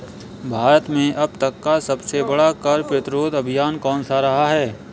भारत में अब तक का सबसे बड़ा कर प्रतिरोध अभियान कौनसा रहा है?